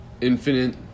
Infinite